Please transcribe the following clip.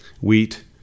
Wheat